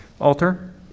Alter